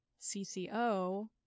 CCO